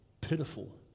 pitiful